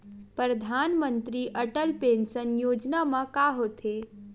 परधानमंतरी अटल पेंशन योजना मा का होथे?